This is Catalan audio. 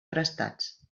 prestats